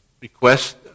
request